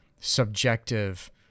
subjective